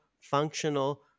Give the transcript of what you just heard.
functional